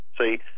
See